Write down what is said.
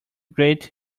great